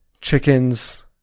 Chickens